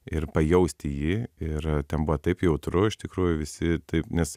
ir pajausti ji ir ten buvo taip jautru iš tikrųjų visi taip nes